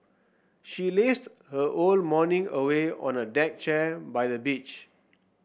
she lazed her whole morning away on a deck chair by the beach